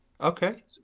Okay